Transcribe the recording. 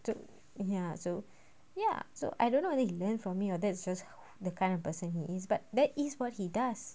so ya so ya so I don't know whether he learn from me or that's just the kind of person he is but that is what he does